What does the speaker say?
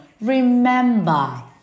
Remember